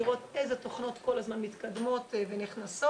לראות איזה תוכנות כל הזמן מתקדמות ונכנסות.